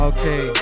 Okay